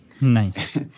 Nice